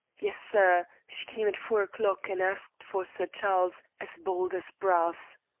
yes, sir. she came at four o'clock and asked for sir charles, as bold as brass.